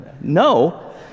No